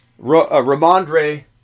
Ramondre